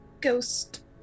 ghost